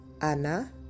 anna